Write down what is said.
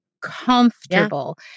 comfortable